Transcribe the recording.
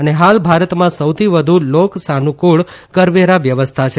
અને હાલ ભારતમાં સૌથી વધુ લોકસાનુકૂળ કરવેરા વ્યવસ્થા છે